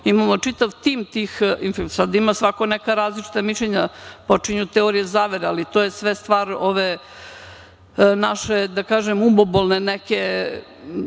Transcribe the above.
imamo čitav tim. Sad, ima svako neka različita mišljenja, počinju teorije zavere, ali to je sve stvar ove naše, da kažem, umobolne neke